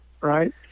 right